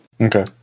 okay